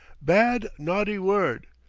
bad, naughty word.